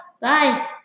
Bye